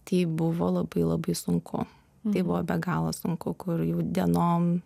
tai buvo labai labai sunku tai buvo be galo sunku kur jau dienom